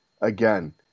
again